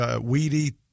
weedy